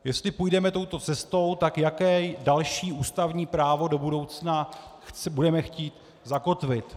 Jestli půjdeme touto cestou, tak jaké další ústavní právo do budoucna budeme chtít zakotvit?